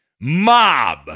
Mob